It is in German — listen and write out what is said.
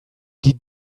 die